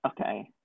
Okay